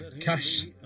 Cash